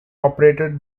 operated